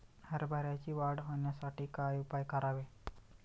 हरभऱ्याची वाढ होण्यासाठी काय उपाय करावे?